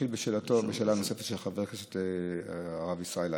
בשאלתו הנוספת של חבר הכנסת הרב ישראל אייכלר.